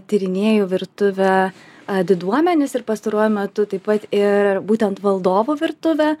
tyrinėju virtuvę diduomenės ir pastaruoju metu taip pat i būtent valdovų virtuvę